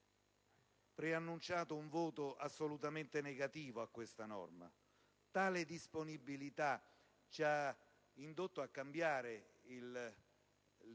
preannunciato un voto assolutamente negativo a questa norma, ma tale disponibilità ci ha indotto a modificare